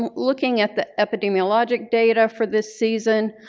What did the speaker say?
um looking at the epidemiologic data for this season,